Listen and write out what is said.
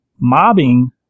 mobbing